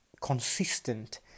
consistent